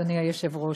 אדוני היושב-ראש,